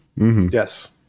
yes